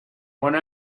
one